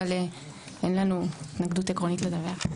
אבל אין לנו התנגדות עקרונית לדווח.